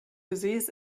gesäß